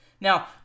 Now